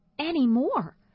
anymore